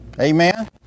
Amen